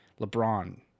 LeBron